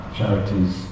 charities